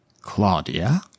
Claudia